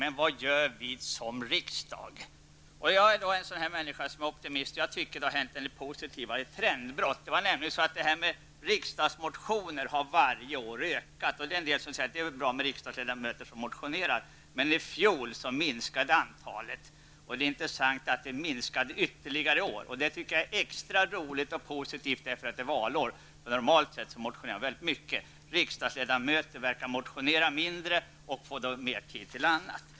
Men vad gör vi som riksdag? Jag är en optimistisk människa. Jag tycker att det har hänt något positivt, ett trendbrott. Riksdagsmotionernas antal har nämligen varje år ökat. En del säger att det är bra med riksdagsledamöter som motionerar, men i fjol minskade antalet motioner. Det är intressant att antalet minskade ytterligare i år. Det tycker jag är extra roligt och positivt, eftersom det är valår, då man normalt sett motionerar väldigt mycket. Riksdagsledamöter verkar motionera mindre och får då mer tid till annat.